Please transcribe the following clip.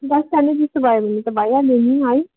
दसजना जस्तो भयो भनि त भइहाल्यो नि है